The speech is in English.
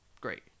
great